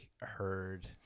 heard